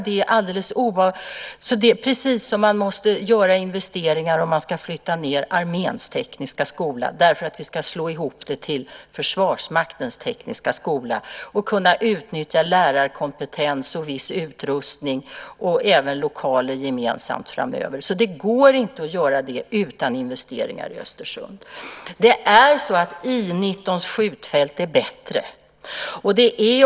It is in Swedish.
Man måste också göra investeringar om man ska flytta ned arméns tekniska skola och slå ihop allt till Försvarsmaktens tekniska skola för att gemensamt kunna utnyttja lärarkompetens, viss utrustning och även lokaler. Det går inte att göra detta utan investeringar i Östersund. I 19:s skjutfält är bättre.